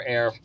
Air